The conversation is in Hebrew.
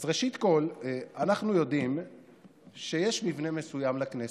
אז ראשית כול, אנחנו יודעים שיש מבנה מסוים לכנסת,